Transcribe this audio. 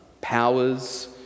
powers